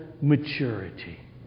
maturity